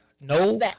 No